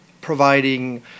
providing